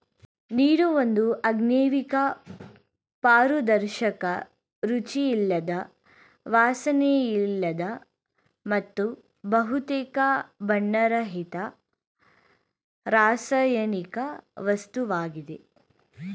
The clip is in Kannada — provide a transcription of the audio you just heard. ನೀರು ಒಂದು ಅಜೈವಿಕ ಪಾರದರ್ಶಕ ರುಚಿಯಿಲ್ಲದ ವಾಸನೆಯಿಲ್ಲದ ಮತ್ತು ಬಹುತೇಕ ಬಣ್ಣರಹಿತ ರಾಸಾಯನಿಕ ವಸ್ತುವಾಗಿದೆ